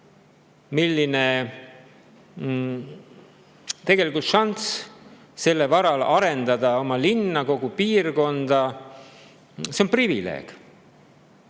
milline au ja tegelikult šanss selle varal arendada oma linna, kogu piirkonda. See on privileeg.